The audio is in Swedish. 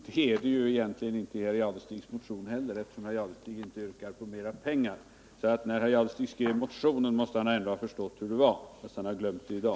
Det är det egentligen inte i herr Jadestigs motion heller, eftersom herr Jadestig inte yrkar på mer pengar. När herr Jadestig skrev motionen måste han ändå ha förstått hur det var fastän han har glömt det i dag.